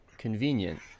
convenient